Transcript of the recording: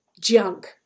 junk